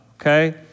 okay